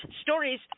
stories